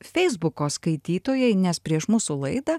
feisbuko skaitytojai nes prieš mūsų laidą